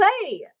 play